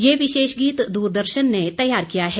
यह विशेष गीत द्रदर्शन ने तैयार किया है